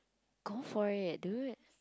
go for it dude